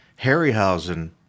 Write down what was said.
Harryhausen